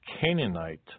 Canaanite